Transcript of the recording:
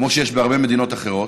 כמו שיש בהרבה מדינות אחרות.